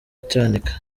cyanika